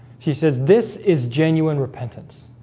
she says this is genuine repentance